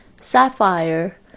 sapphire